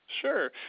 Sure